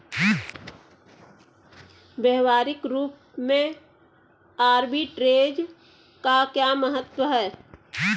व्यवहारिक रूप में आर्बिट्रेज का क्या महत्व है?